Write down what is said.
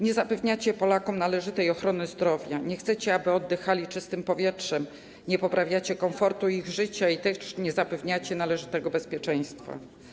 Nie zapewniacie Polakom należytej ochrony zdrowia, nie chcecie, aby oddychali czystym powietrzem, nie poprawiacie komfortu życia i nie zapewniacie należytego bezpieczeństwa.